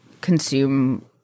consume